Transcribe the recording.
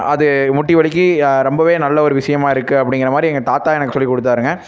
அது முட்டிவலிக்கு ரொம்பவே நல்ல ஒரு விஷயமா இருக்குது அப்படிங்கிறமாரி எங்கள் தாத்தா எனக்கு சொல்லிக்கொடுத்தாருங்க